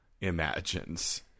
imagines